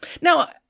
Now